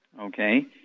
okay